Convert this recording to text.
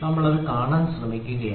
നമ്മൾ ഇത് കാണാൻ ശ്രമിക്കുകയാണ്